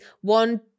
one